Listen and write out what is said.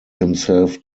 himself